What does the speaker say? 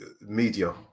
media